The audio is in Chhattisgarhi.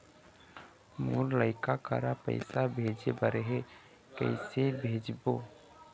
मोर लइका करा पैसा भेजें बर हे, कइसे भेजबो?